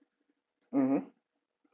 mmhmm